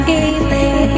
evening